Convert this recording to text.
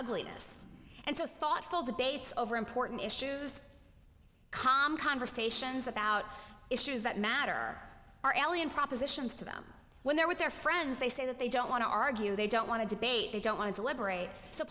ugliness and so thoughtful debates over important issues com conversations about issues that matter our allien propositions to them when they're with their friends they say that they don't want to argue they don't want to debate they don't want to deliberate so